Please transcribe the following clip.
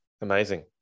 Amazing